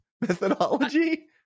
methodology